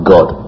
God